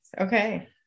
Okay